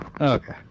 Okay